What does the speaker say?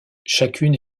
chacune